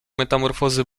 metamorfozy